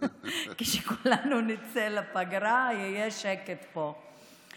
כשכולנו נצא לפגרה ויהיה שקט פה.